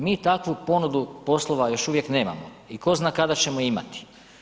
Mi takvu ponudu poslova još uvijek nemamo i tko zna kada ćemo je imati.